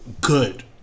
good